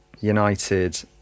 United